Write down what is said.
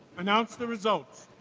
announce the results.